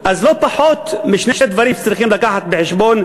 אז לא פחות משני דברים צריכים להביא בחשבון,